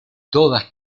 todas